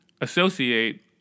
associate